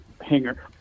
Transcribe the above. hanger